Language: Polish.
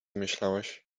myślałeś